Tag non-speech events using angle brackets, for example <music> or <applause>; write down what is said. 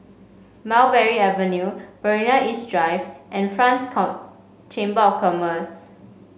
Mulberry Avenue Marina East Drive and French <unintelligible> Chamber of Commerce